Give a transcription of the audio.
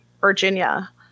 virginia